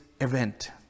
event